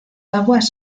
aguas